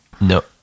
no